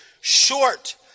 short